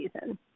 season